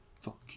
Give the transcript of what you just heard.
Fuck